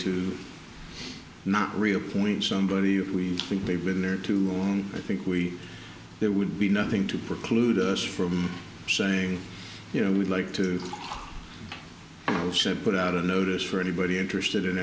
to not reappoint somebody if we think they've been there too long i think we there would be nothing to preclude us from saying you know we'd like to put out a notice for anybody interested in